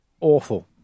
Awful